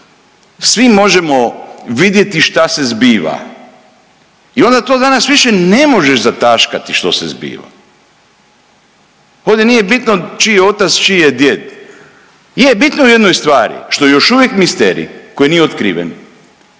Svi možemo vidjeti šta se zbiva i onda to danas više ne možeš zataškati što se zbiva. Ovdje nije bitno čiji je otac, a čiji je djed, je bitno je u jednoj stvari što je još uvijek misterij koji nije otkriven,